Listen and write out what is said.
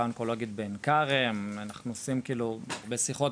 אונקולוגית בעין כרם אנחנו עושים בשיחות,